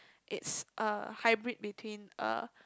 it's a hybrid between a